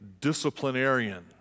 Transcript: disciplinarian